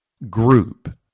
Group